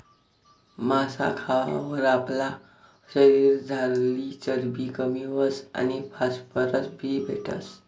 मासा खावावर आपला शरीरमझारली चरबी कमी व्हस आणि फॉस्फरस बी भेटस